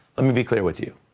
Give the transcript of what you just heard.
let me be clear with you.